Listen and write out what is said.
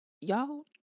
y'all